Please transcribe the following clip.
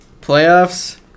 Playoffs